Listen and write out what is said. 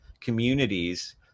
communities